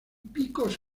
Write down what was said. picos